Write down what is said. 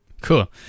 Cool